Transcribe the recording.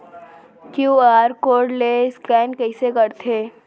QR code ले scan कइसे करथे?